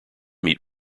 meat